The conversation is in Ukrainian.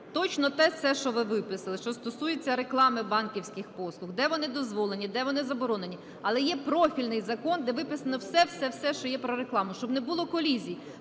Точно те все, що ви виписали, що стосується реклами банківських послуг, де вони дозволені, де вони заборонені. Але є профільний закон, де виписано все-все-все, що є про рекламу, щоб не було колізій.